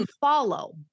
follow